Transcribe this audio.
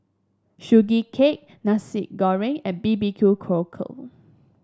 Sugee Cake Nasi Goreng and B B Q Cockle